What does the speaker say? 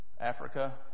Africa